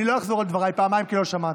לא אחזור על דבריי פעמיים, כי לא שמעתם.